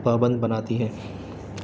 پابند بناتی ہے